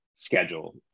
schedule